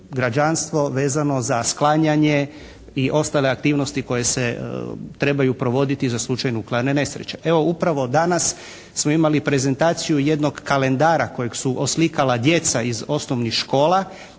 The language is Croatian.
građanstvo vezano za sklanjanje i ostale aktivnosti koje se trebaju provoditi za slučaj nuklearne nesreće. Evo upravo danas smo imali prezentaciju jednog kalendara kojeg su oslikala djeca iz osnovnih škola,